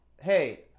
Hey